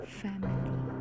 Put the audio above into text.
family